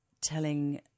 telling